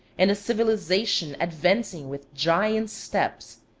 and a civilization advancing with giant steps,